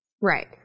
Right